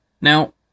Now